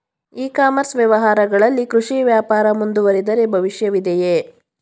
E commerce ವ್ಯವಹಾರಗಳಲ್ಲಿ ಕೃಷಿ ವ್ಯಾಪಾರ ಮುಂದುವರಿದರೆ ಭವಿಷ್ಯವಿದೆಯೇ?